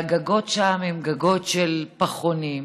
והגגות שם הם גגות של פחונים.